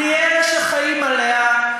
בלי אלה שחיים עליה,